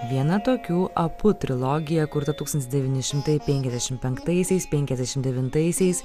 viena tokių apu trilogija kurta tūkstantis devyni šimtai penkiasdešim penktaisiais penkiasdešimt devintaisiais